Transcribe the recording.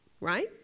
Right